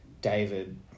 David